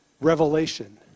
revelation